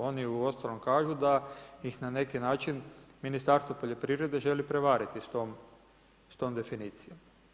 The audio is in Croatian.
Oni uostalom kažu, da ih na neki način, Ministarstvo poljoprivrede želi prevariti s tom definicijom.